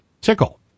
Tickle